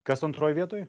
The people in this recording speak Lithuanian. kas antroj vietoj